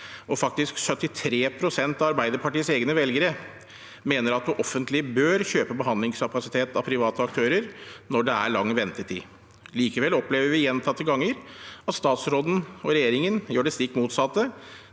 og faktisk 73 pst. av Arbeiderpartiets egne velgere – mener at det offentlige bør kjøpe behandlingskapasitet av private aktører når det er lang ventetid. Likevel opplever vi gjentatte ganger at statsråden og regjeringen gjør det stikk motsatte